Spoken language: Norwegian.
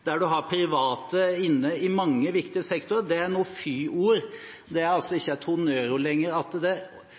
der man har private inne i mange viktige sektorer, nå mener at dette er fyord – det er altså ikke honnørord lenger. At det